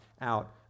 out